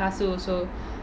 காசு:kaasu also